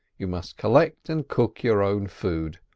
you must collect and cook your own food.